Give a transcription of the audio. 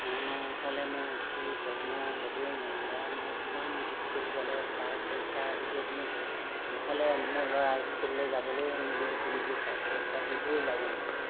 হাঁহ নহ'লে মোৰ একো যত্ন ল'বই নোৱাৰি ল'ৰাক মই কিমান স্কুল গ'লে পায় পইচা আদিকে দিওঁ নহ'লে মোৰ ল'ৰা স্কুললৈ যাবলে নিবি নিবিচাৰে পইচা দিবই লাগে মই